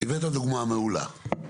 הבאת דוגמא מעולה,